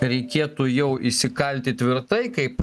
reikėtų jau įsikalti tvirtai kaip